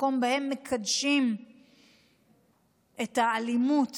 מקומות שבהם מקדשים את האלימות